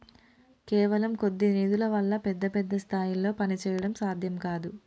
కేవలం కొద్ది నిధుల వల్ల పెద్ద పెద్ద స్థాయిల్లో పనిచేయడం సాధ్యం కాదు